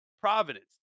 Providence